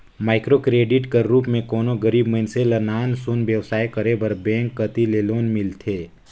micro credit कर रूप में कोनो गरीब मइनसे ल नान सुन बेवसाय करे बर बेंक कती ले लोन मिलथे